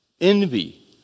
envy